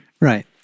right